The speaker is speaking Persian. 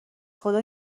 خدا